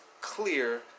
clear